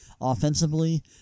offensively